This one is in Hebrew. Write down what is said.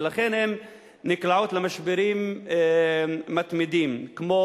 ולכן הן נקלעות למשברים מתמידים כמו,